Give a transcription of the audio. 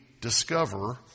discover